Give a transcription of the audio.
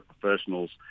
professionals